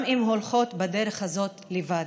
גם אם הולכות בדרך הזאת לבד,